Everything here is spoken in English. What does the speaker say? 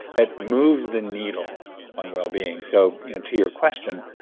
that moves the needle on wellbeing. so you know to your question,